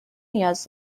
نیاز